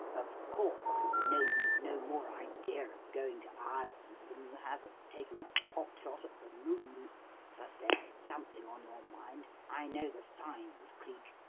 of course, i know you've no more idea of going to ireland than you have of taking a pot-shot at the moon but there's something on your mind. i know the signs, cleek.